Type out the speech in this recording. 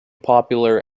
popular